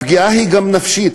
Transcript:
הפגיעה היא גם נפשית,